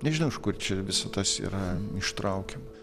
nežinau iš kur čia visa tas yra ištraukiama